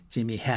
Jimmy